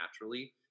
naturally